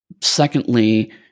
Secondly